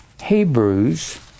Hebrews